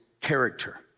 character